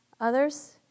others